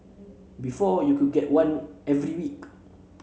before you could get one every week